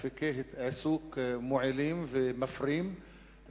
אפיקי עיסוק מועילים ומפרים,